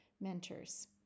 mentors